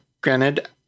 granted